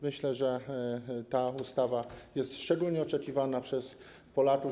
Myślę, że ta ustawa jest szczególnie oczekiwana przez Polaków.